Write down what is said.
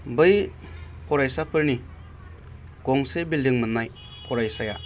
बै फरायसाफोरनि गंसे बिल्दिं मोन्नाय फरायसाया